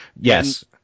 Yes